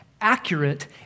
accurate